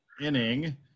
inning